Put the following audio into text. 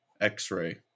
X-Ray